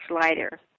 lighter